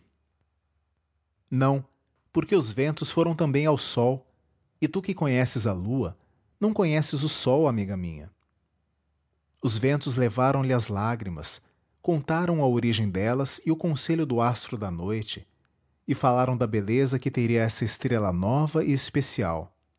não porque os ventos foram também ao sol e tu que conheces a lua não conheces o sol amiga minha os ventos levaram-lhe as lágrimas contaram a origem delas e o conselho do astro da noite e falaram da beleza que teria essa estrela nova e especial